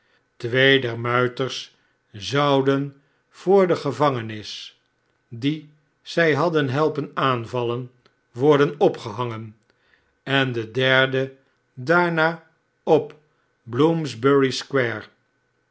der muiters zouden voor de gevangenis die zij hadder helpen aanvallen worden opgehangen en de derde daarna op